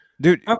dude